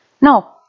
No